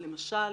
למשל,